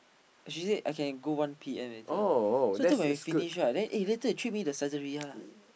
she say I can go one P_M later so later when we finish right then eh later you treat me the Saizeriya lah